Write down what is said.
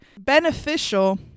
beneficial